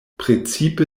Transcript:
precipe